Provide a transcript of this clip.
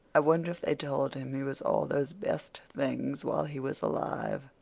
i wonder if they told him he was all those best things while he was alive.